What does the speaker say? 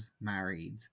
married